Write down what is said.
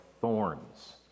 thorns